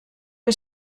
que